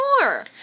more